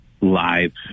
lives